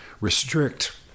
restrict